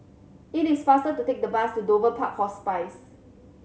it is faster to take the bus to Dover Park Hospice